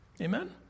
Amen